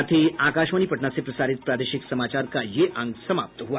इसके साथ ही आकाशवाणी पटना से प्रसारित प्रादेशिक समाचार का ये अंक समाप्त हुआ